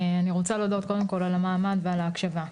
אני רוצה להודות קודם כל על המעמד ועל ההקשבה.